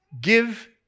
Give